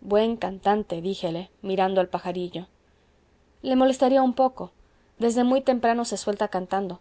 buen cantante díjele mirando al pajarillo le molestaría un poco desde muy temprano se suelta cantando